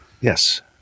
Yes